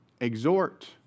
exhort